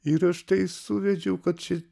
ir aš tei suvedžiau kad čia